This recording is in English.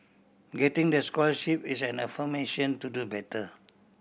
getting the scholarship is an affirmation to do better